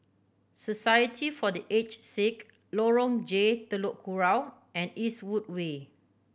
Society for The Aged Sick Lorong J Telok Kurau and Eastwood Way